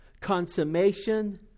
consummation